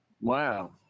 Wow